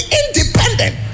independent